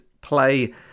play